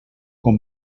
com